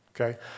okay